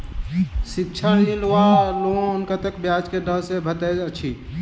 शिक्षा ऋण वा लोन कतेक ब्याज केँ दर सँ भेटैत अछि?